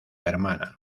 hermana